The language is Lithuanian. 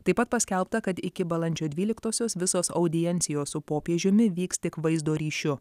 taip pat paskelbta kad iki balandžio dvyliktosios visos audiencijos su popiežiumi vyks tik vaizdo ryšiu